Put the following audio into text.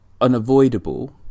unavoidable